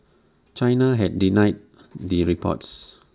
China had denied the reports